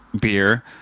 beer